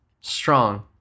Strong